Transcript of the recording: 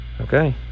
Okay